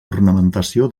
ornamentació